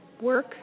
work